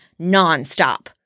nonstop